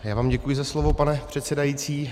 Já vám děkuji za slovo, pane předsedající.